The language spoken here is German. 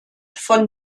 von